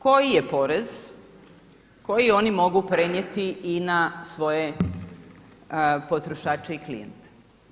Koji je porez koji oni mogu prenijeti i na svoje potrošače i klijente.